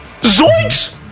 Zoinks